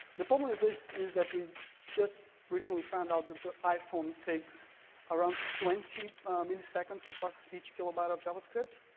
the problem with this is that we just recently found out that the iphone takes around twenty milliseconds to parse each kb but of javascript.